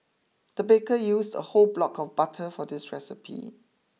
the baker used a whole block of butter for this recipe